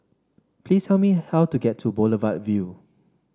please tell me how to get to Boulevard Vue